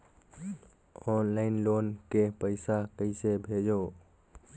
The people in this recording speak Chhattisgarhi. ऑनलाइन लोन के पईसा कइसे भेजों?